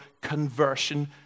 conversion